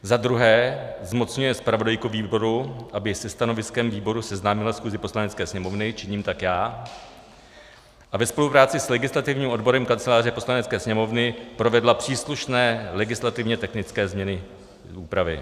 Za druhé zmocňuje zpravodajku výboru, aby se stanoviskem výboru seznámila schůzi Poslanecké sněmovny činím tak já a ve spolupráci s legislativním odborem Kanceláře Poslanecké sněmovny provedla příslušné legislativně technické změny i úpravy.